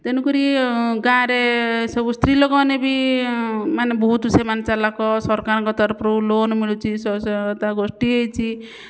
ତେଣୁକରି ଗାଁରେ ସବୁ ସ୍ତ୍ରୀଲୋକମାନେ ବି ମାନେ ବହୁତ ସେମାନେ ଚାଲାକ୍ ସରକାରଙ୍କ ତରଫରୁ ଲୋନ୍ ମିଳୁଛି ସ୍ୱୟଂ ସହାୟତା ଗୋଷ୍ଠୀ ହେଇଛି